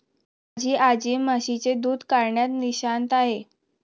माझी आजी म्हशीचे दूध काढण्यात निष्णात आहे